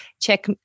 check